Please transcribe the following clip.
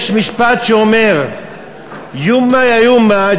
יש משפט שאומר: יא-מּא יא יא-מּא,